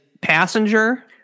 passenger